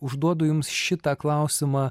užduodu jums šitą klausimą